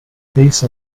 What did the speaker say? face